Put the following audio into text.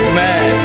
man